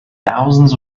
thousands